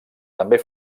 també